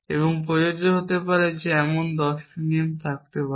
এবং প্রযোজ্য হতে পারে এমন 100 টি নিয়ম থাকতে পারে